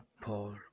Paul